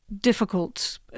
difficult